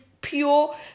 pure